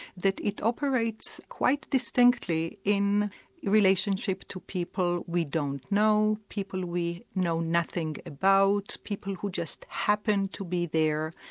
that it operates quite distinctly in relationship to people we don't know, people we know nothing about, people who just happen to be there,